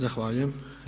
Zahvaljujem.